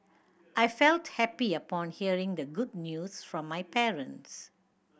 I felt happy upon hearing the good news from my parents